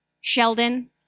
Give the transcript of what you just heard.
Sheldon